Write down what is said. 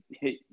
hey